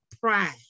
pride